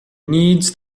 needs